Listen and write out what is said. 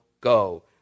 go